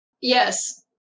Yes